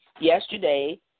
yesterday